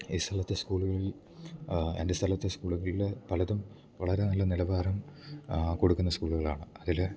ഈ സ്ഥലത്തേ സ്കൂള്കളിൽ എൻറ്റെ സ്ഥലത്തേ സ്കൂള്കൾള് പലതും വളരെ നല്ല നിലവാരം കൊട്ക്ക്ന്ന സ്കൂള്കളാണ് അതിൽ